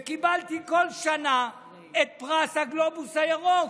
וקיבלתי כל שנה את פרס הגלובוס הירוק.